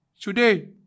today